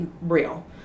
real